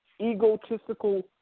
egotistical